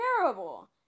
terrible